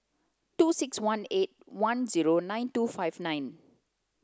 two six one eight zero nine two five nine